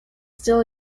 still